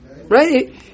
Right